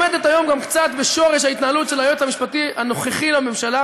עומדת כיום גם קצת בשורש ההתנהלות של היועץ המשפטי הנוכחי לממשלה,